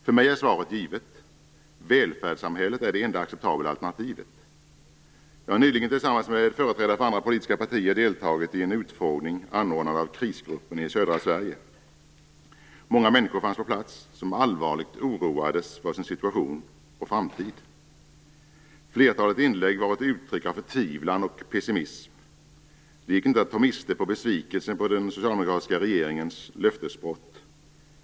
För mig är svaret givet: Välfärdssamhället är det enda acceptabla alternativet. Jag har nyligen tillsammans med företrädare för andra politiska partier deltagit i en utfrågning anordnad av Krisgruppen i södra Sverige. Många människor fanns på plats, som allvarligt oroades för sin situation och framtid. Flertalet inlägg var ett uttryck för förtvivlan och pessimism. Det gick inte att ta miste på besvikelsen över den socialdemokratiska regeringens löftesbrott.